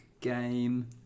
game